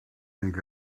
think